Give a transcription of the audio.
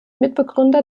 mitbegründer